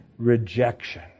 Rejection